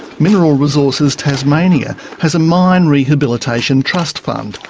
mineral resources tasmania has a mine rehabilitation trust fund,